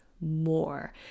more